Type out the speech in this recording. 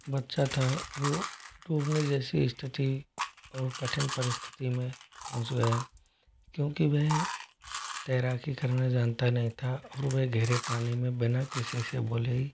बच्चा था वो डूबने जैसी स्थिति और कठिन परिस्थिति में पहुँच गया क्योंकि वह तैराकी करना जानता नहीं था और वे गहरे पानी में बिना किसी से बोले ही